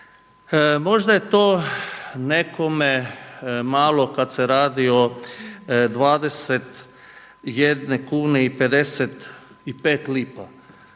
Možda je to nekome malo kad se radi o 21 kune i 55 lipa,